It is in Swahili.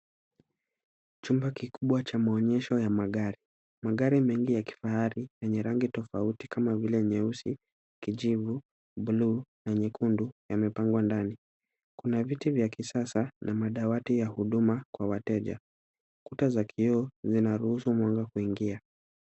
Chumba kikubwa cha maonyesho ya magari. Magari mengi ya kifahari yenye rangi tofauti kama vile nyeusi, kijivu, buluu na nyekundu yamepangwa ndani. Kuna viti vya kisasa na madawati ya huduma kwa wateja. Kuta za kioo zinaruhusu mwanga kuingia.